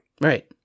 Right